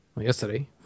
yesterday